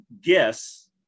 guess